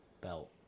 belt